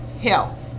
health